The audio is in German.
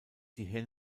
die